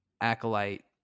Acolyte